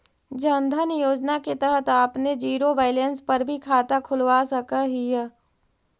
जन धन योजना के तहत आपने जीरो बैलेंस पर भी खाता खुलवा सकऽ हिअ